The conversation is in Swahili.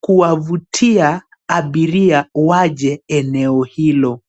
kuwavutia abiria wache eneo hilo.